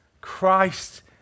Christ